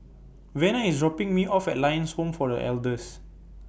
Vena IS dropping Me off At Lions Home For The Elders